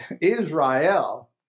Israel